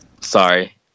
Sorry